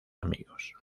amigos